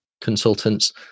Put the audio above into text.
consultants